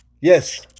Yes